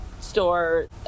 store